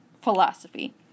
philosophy